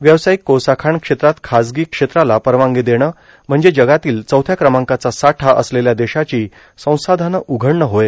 व्यावसायिक कोळसा खाण क्षेत्रात खासगी क्षेत्राला परवानगी देण म्हणजे जगातील चौथ्या क्रमांकाचा साठा असलेल्या देशाची संसाधनं उघडणे होय